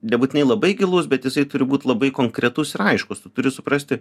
nebūtinai labai gilus bet jisai turi būt labai konkretus ir aiškus tu turi suprasti